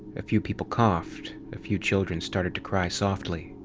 a few people coughed, a few children started to cry softly.